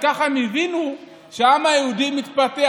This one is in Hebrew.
ככה הם הבינו שהעם היהודי מתפתח.